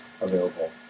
available